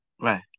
Right